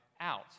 out